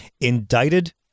indicted